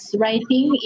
writing